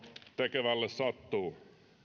tekevälle sattuu